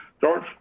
George